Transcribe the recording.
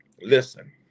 Listen